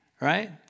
Right